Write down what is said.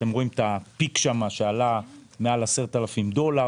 אתם רואים שיש פיק שעלה מעל 10,000 דולר,